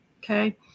Okay